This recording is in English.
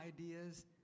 ideas